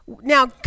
Now